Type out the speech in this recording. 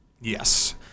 Yes